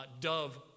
Dove